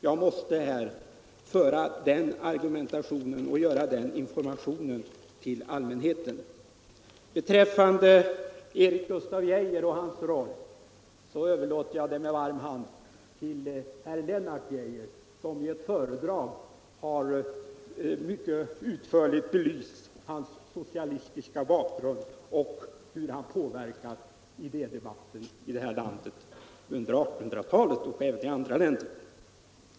Jag måste här föra den argumentationen och lämna den informationen till allmänheten. Beträffande Erik Gustaf Geijer och hans roll överlåter jag det med varm hand till herr Lennart Geijer, som i ett föredrag mycket utförligt har belyst Erik Gustaf Geijers socialistiska bakgrund och hur han under 1800-talet påverkade idédebatten i detta land och även i andra länder.